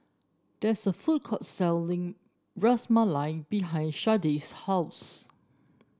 there is a food court selling Ras Malai behind Sharday's house